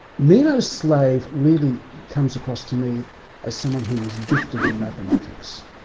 meno's slave really comes across to me as someone who is gifted in mathematics,